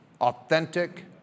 authentic